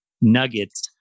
nuggets